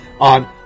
on